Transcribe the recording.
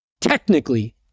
technically